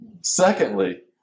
secondly